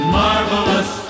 marvelous